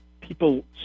People